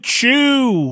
Chew